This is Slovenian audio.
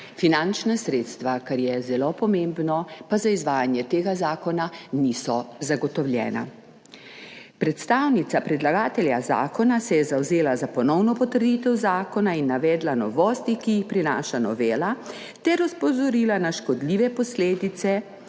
Finančna sredstva, kar je zelo pomembno, pa za izvajanje tega zakona niso zagotovljena. Predstavnica predlagatelja zakona se je zavzela za ponovno potrditev zakona in navedla novosti, ki jih prinaša novela, ter opozorila na škodljive posledice